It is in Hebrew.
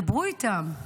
דברו איתן.